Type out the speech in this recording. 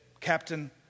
Captain